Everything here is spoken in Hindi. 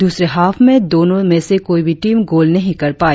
दूसरे हाफ दोनो में से कोई भी टीम गोल नहीं कर पाई